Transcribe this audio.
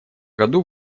году